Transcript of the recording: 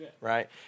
right